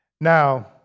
Now